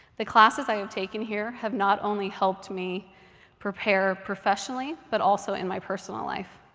the classes i have taken here have not only helped me prepare professionally, but also in my personal life.